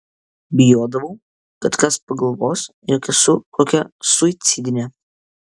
bijodavau kad kas pagalvos jog esu kokia suicidinė